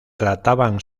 trataban